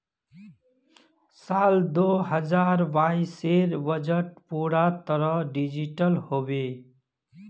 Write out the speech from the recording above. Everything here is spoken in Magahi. साल दो हजार बाइसेर बजट पूरा तरह डिजिटल हबे